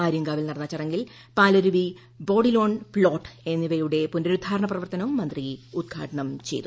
ആര്യങ്കാവിൽ നടന്ന ചടങ്ങിൽ പാലരുവി ബോർഡിലോൺ പ്പോട്ട് എന്നിവയുടെ പുനരുദ്ധാരണ പ്രവർത്തനവും മന്ത്രി ഉദ്ഘാടനം ചെയ്തു